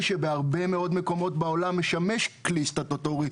שבהרבה מאוד מקומות בעולם משמש ככלי סטטוטורי.